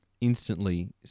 instantly